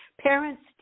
parents